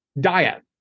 diet